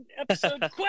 episode